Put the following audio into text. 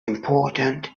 important